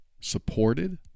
supported